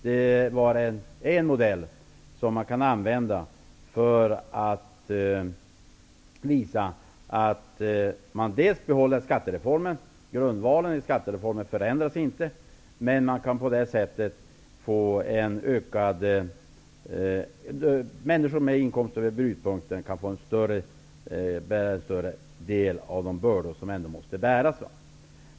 Det var en modell som man kan använda för att visa att man behåller skattereformen. Grundvalen i skattereformen förändras inte, men människor med inkomster över brytpunkten kan på det här sättet få bära en större del av de bördor som ändå måste bäras.